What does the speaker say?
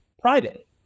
private